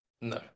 No